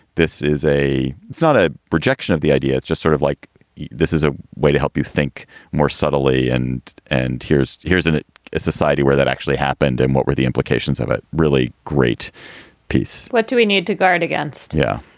this is a it's not a projection of the idea. it's just sort of like this is a way to help you think more subtly. and and here's here's and a a society where that actually happened. and what were the implications of a really great piece? what do we need to guard against? yeah